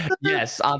Yes